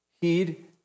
heed